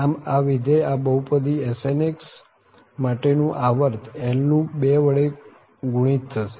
આમ આ વિધેય આ બહુપદી Snx માટે નું આવર્ત l નું 2 વડે ગુણિત થશે